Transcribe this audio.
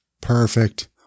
perfect